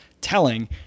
telling